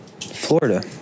Florida